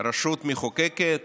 רשות מחוקקת,